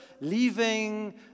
leaving